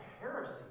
heresy